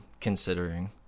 considering